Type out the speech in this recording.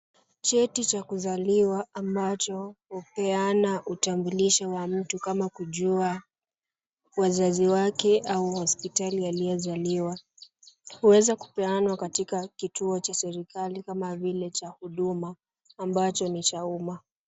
Cheti za kuzaliwa ambacho upeana utambulisho wa mtu kama kujua wazazi wake au hospitali aliozaliwa ,uweza kupeanwa katika kituo cha serikali kama vile cha huduma ambacho ni cha umma.